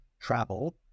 travel